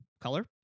color